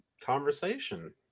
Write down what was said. conversation